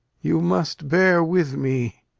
you must bear with me.